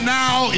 now